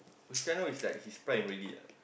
Christiano is like his prime already ah